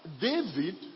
David